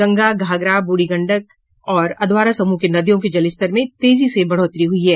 गंगा घाघरा ब्रढ़ी गंडक और अधवारा समूह की नदियों के जलस्तर में तेजी से बढ़ोतरी हुई है